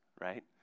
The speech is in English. right